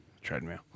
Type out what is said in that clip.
treadmill